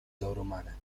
sobrehumana